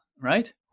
right